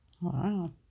Wow